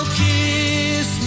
kiss